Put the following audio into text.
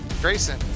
Grayson